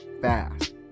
fast